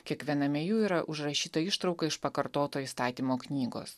kiekviename jų yra užrašyta ištrauka iš pakartoto įstatymo knygos